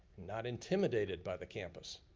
not intimidated by the campus.